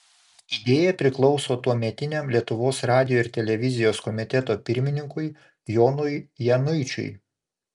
idėja priklauso tuometiniam lietuvos radijo ir televizijos komiteto pirmininkui jonui januičiui